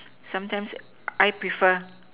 sometimes I prefer